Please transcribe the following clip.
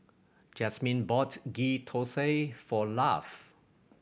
Jazmine bought Ghee Thosai for Lafe